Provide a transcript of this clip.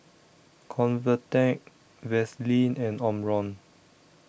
Convatec Vaselin and Omron